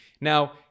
Now